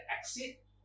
exit